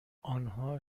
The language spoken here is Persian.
آنها